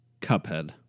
Cuphead